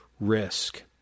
risk